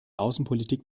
außenpolitik